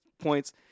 points